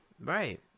Right